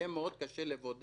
יהיה קשה מאוד לבודד,